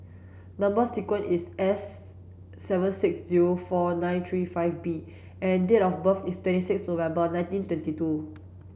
number sequence is S seven six zero four nine three five B and date of birth is twenty six November nineteen twenty two